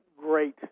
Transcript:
great